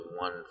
one